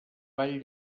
vall